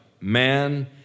Man